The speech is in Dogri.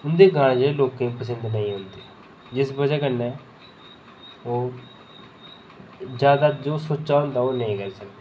उं'दे गाने जेह्के लोकें गी पसंद नेईं औंदे जिस बजह् कन्नै ओह् जैदा जो सोचे दा होंदा ओह् नेईं करी सकदे